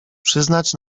przyznać